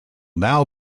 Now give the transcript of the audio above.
now